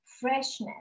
freshness